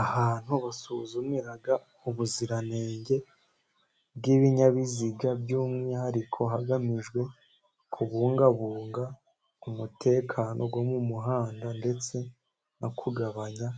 Ahantu basuzumira ubuziranenge bw'ibinyabiziga, by'umwihariko hagamijwe kubungabunga umutekano wo mu muhanda ,ndetse no kugabanya